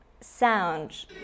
sound